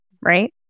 right